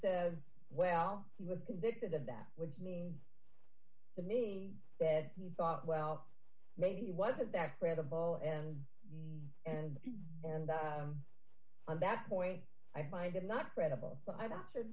says well he was convicted of that which needs to me that he thought well maybe he wasn't that credible and and and on that point i find that not credible so i'm not sure